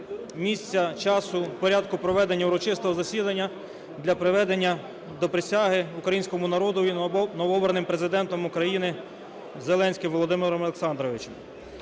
місця, часу, порядку проведення урочистого засідання для приведення до присяги Українському народові новообраним Президентом України Зеленським Володимиром Олександровичем.